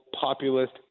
populist